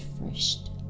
refreshed